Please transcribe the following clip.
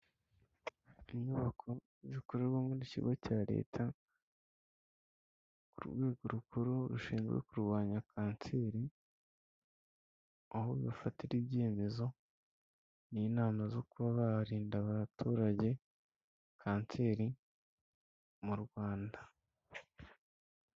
Inyubako zikorerwamo ikigo cya Leta ku rwego rukuru rushinzwe kurwanya kanseri, aho bifatira ibyemezo n' inama zo kuba barinda abaturage kanseri mu Rwanda.